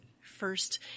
First